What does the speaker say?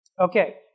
Okay